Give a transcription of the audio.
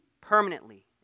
permanently